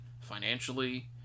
financially